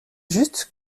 juste